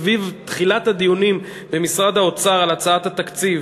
סביב תחילת הדיונים במשרד האוצר על הצעת התקציב,